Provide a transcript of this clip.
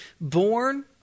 born